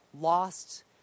lost